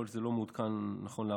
יכול להיות שזה לא מעודכן נכון להרגע,